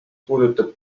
puudutab